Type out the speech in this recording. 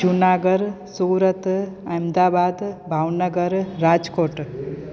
Junagadh Surat Ahmedabad Bhavnagar Rajkot